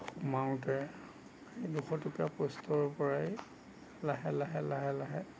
মাওঁতে এই দুশ টকীয়া পোষ্টৰপৰাই লাহে লাহে লাহে লাহে